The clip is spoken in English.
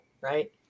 right